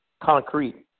Concrete